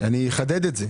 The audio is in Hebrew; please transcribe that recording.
פה